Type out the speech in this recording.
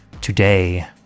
Today